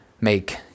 make